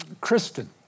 Kristen